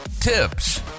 tips